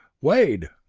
wade,